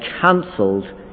cancelled